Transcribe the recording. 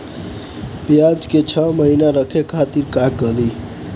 प्याज के छह महीना रखे खातिर का करी?